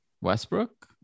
Westbrook